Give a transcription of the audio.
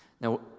Now